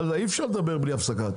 אבל אי אפשר לדבר בלי הפסקה.